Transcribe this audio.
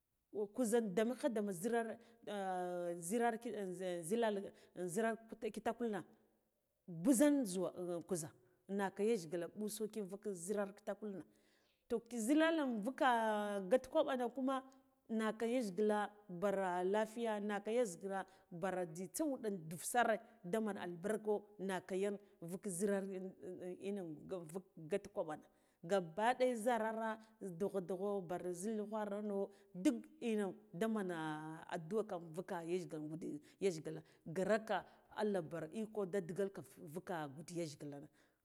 Nkuzha damekha dame zhirar zhirar zhilar zhirar kitakul na mbuzhen zhuwa kuzha naka yajgila mɓu soki vuk zhina kitakul ne toh ki zhilal un vuka gat kwaɓo naka yajgila ɓara naka yajgila bar jzitsa wuɗa dufsare demen albarko naka yan vuk zhira ino vuka gat kwaɓona gabba ɗaya zharara zhi dugh dugho bar zhol ghor no nduk ina damen addu'aka invuk yaj gila yaggila graka allah bar iko da digalka vuka guda yajgilana